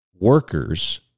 workers